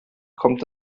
kommt